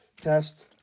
Test